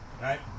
right